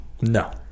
No